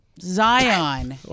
Zion